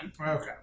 Okay